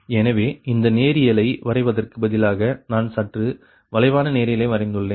எனவே இந்த நேரியலை வரைவதற்கு பதிலாக நான் சற்று வளைவான நேரியலை வரைந்துள்ளேன்